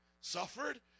suffered